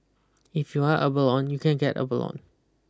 if you want abalone you can get abalone